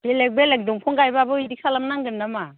बेलेग बेलेग दंफां गायबाबो बिदि खालामनांगोन नामा